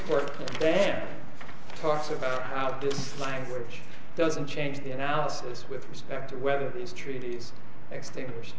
court ok talks about this language doesn't change the analysis with respect to whether these treaties extinguished